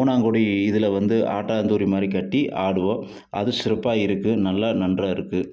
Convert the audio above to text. ஊனாங்கூடி இதில் வந்து ஆட்டாந்தூரிமாதிரி கட்டி ஆடுவோம் அது சிறப்பாக இருக்கு நல்லா நன்றாக இருக்கு